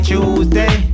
Tuesday